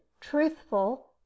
truthful